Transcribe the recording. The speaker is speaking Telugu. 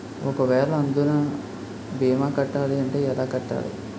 ఒక వేల అందునా భీమా కట్టాలి అంటే ఎలా కట్టాలి?